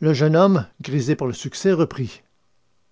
le jeune homme grisé par le succès reprit